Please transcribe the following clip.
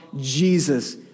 Jesus